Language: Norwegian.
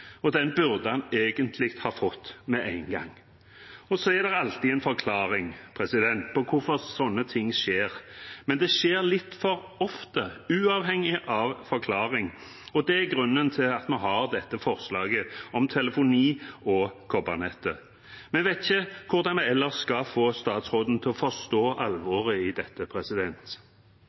og den burde han egentlig ha fått med en gang. Så er det alltid en forklaring på hvorfor slike ting skjer. Men det skjer litt for ofte, uavhengig av forklaring, og det er grunnen til at vi har dette forslaget om telefoni og kobbernettet. Vi vet ikke hvordan vi ellers skal få statsråden til å forstå alvoret i dette.